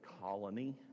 colony